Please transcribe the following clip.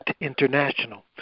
International